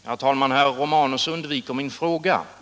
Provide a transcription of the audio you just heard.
Herr talman! Herr Romanus undviker min fråga.